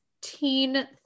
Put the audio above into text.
teen